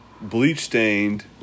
bleach-stained